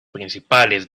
principales